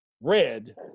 Red